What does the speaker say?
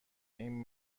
این